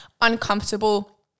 uncomfortable